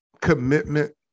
commitment